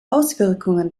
auswirkungen